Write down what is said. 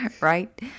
Right